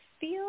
feel